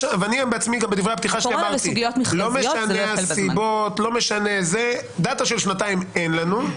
בדברי הפתיחה שלי אמרתי שלא משנה הסיבות דאתה של שנתיים אין לנו,